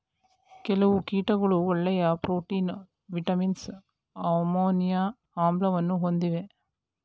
ಕೆಲವು ಕೀಟಗಳು ಒಳ್ಳೆಯ ಪ್ರೋಟೀನ್, ವಿಟಮಿನ್ಸ್, ಅಮೈನೊ ಆಮ್ಲವನ್ನು ಹೊಂದಿವೆ